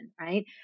right